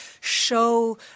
show